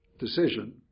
decision